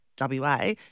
WA